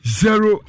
zero